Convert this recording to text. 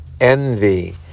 Envy